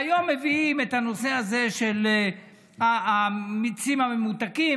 והיום מביאים את הנושא הזה של המיצים הממותקים.